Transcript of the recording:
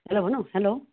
hello বোনো hello